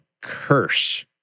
curse